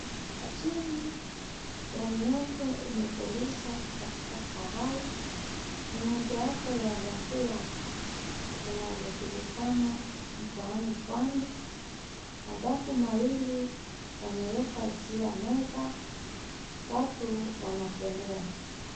Achiri ya miandwa imejalizwa katika karai, ni mojawapo ya vyakula vivyojulikana mkoani pwani, madafu mawili yameerekwa juu ya meza, watu wanatembea.